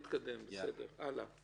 מה שקיים, לא צריך לכתוב.